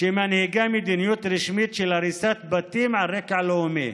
שמנהיגה מדיניות רשמית של הריסת בתים על רקע לאומי.